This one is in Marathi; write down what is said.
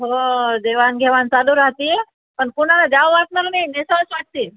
हो देवाणघेवाण चालू राहते पण कोणाला द्यावं वाटणार नाही नेसावंच वाटतील